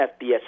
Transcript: FBS